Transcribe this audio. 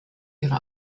ihre